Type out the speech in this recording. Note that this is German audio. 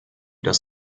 das